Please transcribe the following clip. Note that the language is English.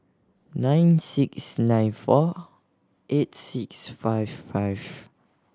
nine six nine four eight six five five